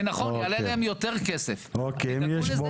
זה נכון, זה יעלה להם יותר כסף, אז תדאגו לזה